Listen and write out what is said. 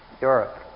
Europe